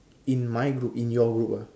in my group in your group ah